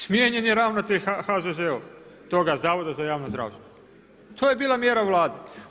Smijenjen je ravnatelj HZZO-a, toga Zavoda za javno zdravstvo, to je bila mjera vlade.